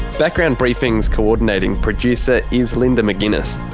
background briefing's coordinating producer is linda mcginness,